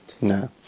No